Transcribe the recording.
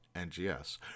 NGS